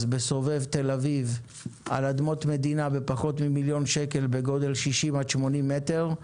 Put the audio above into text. בסובב תל אביב על אדמות מדינה בפחות ממיליון שקל בגודל 60 עד 80 מטר,